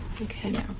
Okay